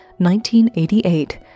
1988